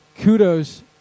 kudos